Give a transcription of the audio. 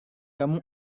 kamu